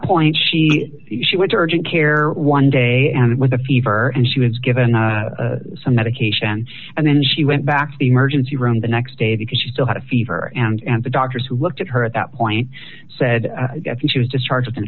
point she she went to urgent care one day and with a fever and she was given some medication and then she went back to the emergency room the next day because she still had a fever and the doctors who looked at her at that point said she was discharged in a